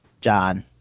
John